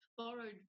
borrowed